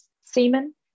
semen